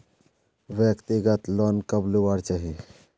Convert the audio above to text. व्यक्तिगत लोन कब लुबार चही?